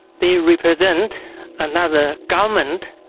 they represent another government,